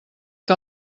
que